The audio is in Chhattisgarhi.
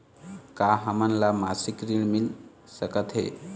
का हमन ला मासिक ऋण मिल सकथे?